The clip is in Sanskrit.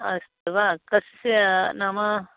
अस्तु वा कस्य नाम